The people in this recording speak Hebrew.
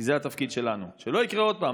כי זה התפקיד שלנו, שלא יקרה עוד פעם.